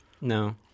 No